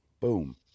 Boom